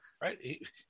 right